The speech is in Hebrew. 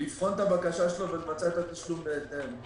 לבחון את בקשתו ולבצע את התשלום בהתאם.